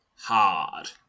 Hard